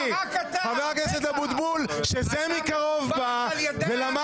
------ רק אתה --- חבר הכנסת אבוטבול שזה מקרוב בא ולמד